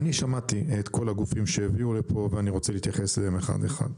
אני שמעתי את כל הגופים שהביאו לפה ואני רוצה להתייחס אליהם אחד-אחד,